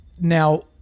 Now